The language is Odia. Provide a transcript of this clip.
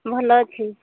ଭଲ ଅଛି